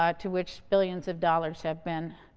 ah to which billions of dollars have been